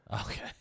Okay